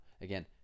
again